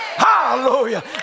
Hallelujah